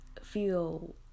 feel